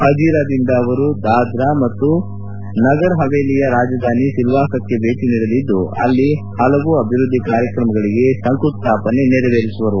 ಹಜೀರಾದಿಂದ ಅವರು ದಾದ್ರಾ ಮತ್ತು ನಗರ್ಹವೇಲಿಯಾ ರಾಜಧಾನಿ ಸಿಲ್ವಾಸಕ್ಕೆ ಭೇಟಿ ನೀಡಲಿದ್ದು ಅಲ್ಲಿ ಹಲವು ಅಭಿವೃದ್ದಿ ಕಾರ್ಯಕ್ರಮಗಳಿಗೆ ಶಂಕುಸ್ಥಾಪನೆ ನೆರವೇರಿಸುವರು